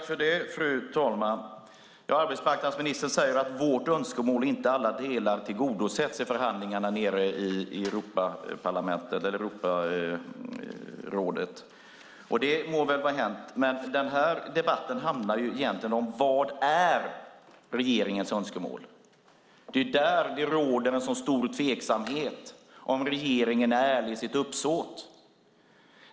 Fru talman! Arbetsmarknadsministern säger att vårt önskemål inte i alla delar tillgodosetts i förhandlingarna i Europeiska rådet. Det må vara hänt, men den här debatten handlar egentligen om vad som är regeringens önskemål. Det är där det råder stor tveksamhet om ifall regeringen är ärlig i sitt uppsåt.